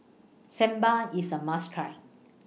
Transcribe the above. Sambar IS A must Try